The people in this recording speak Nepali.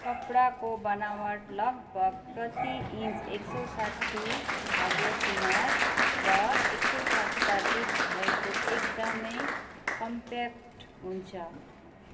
कपडाको बनावट लगभग प्रति इञ्च एक सौ साठी धागो किनार र एक सौ सत्तर पिक भएको एकदमै कम्प्याक्ट हुन्छ